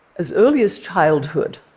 as early as childhood,